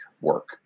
work